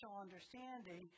understanding